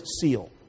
seal